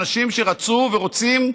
אנשים שרצו ורוצים,